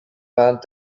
waren